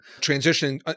transitioning